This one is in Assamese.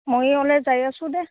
মই ওলে যাই আছোঁ দে